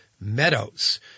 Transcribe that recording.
Meadows